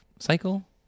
Cycle